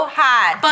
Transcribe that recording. hot